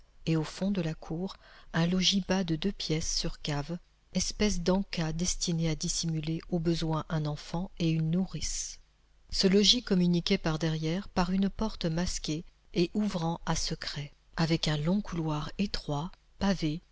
et au fond de la cour un logis bas de deux pièces sur cave espèce den cas destiné à dissimuler au besoin un enfant et une nourrice ce logis communiquait par derrière par une porte masquée et ouvrant à secret avec un long couloir étroit pavé